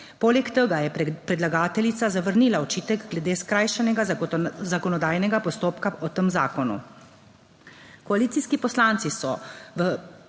Poleg tega je predlagateljica zavrnila očitek glede skrajšanega zakonodajnega postopka o tem zakonu. 3. TRAK (VI)